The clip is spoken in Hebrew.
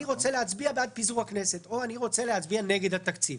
אני רוצה להצביע בעד פיזור הכנסת או אני רוצה להצביע נגד התקציב.